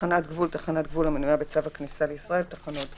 "תחנת גבול" תחנת גבול המנויה בצו הכניסה לישראל (תחנות גבול),